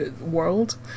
world